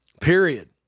Period